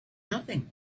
nothing